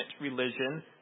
religion